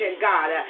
God